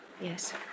Yes